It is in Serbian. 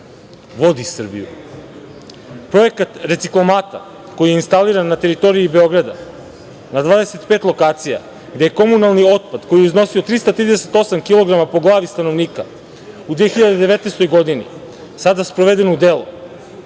vodi Srbiju. Projekat reciklomata, koji je instaliran na teritoriji Beograda na 25 lokacija, gde komunalni otpad koji je iznosio 338 kilograma po glavi stanovnika u 2019. godina, sada je sproveden u delo,